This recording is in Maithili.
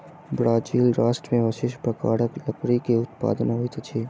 ब्राज़ील राष्ट्र में विशिष्ठ प्रकारक लकड़ी के उत्पादन होइत अछि